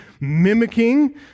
mimicking